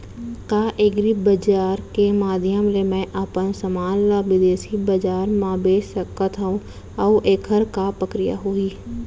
का एग्रीबजार के माधयम ले मैं अपन समान ला बिदेसी बजार मा बेच सकत हव अऊ एखर का प्रक्रिया होही?